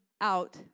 out